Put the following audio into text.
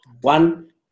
One